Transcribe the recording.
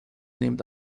named